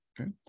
okay